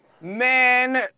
Man